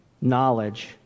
knowledge